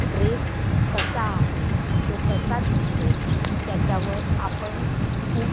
dress कसा आहे तो कसा दिसतो त्याच्यावर आपण खूप